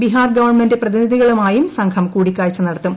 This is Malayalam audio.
ബീഹാർ ഗവൺമെന്റ് പ്രതിനിധികളുമായും സംഘം കൂടിക്കാഴ്ച നടത്തും